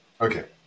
Okay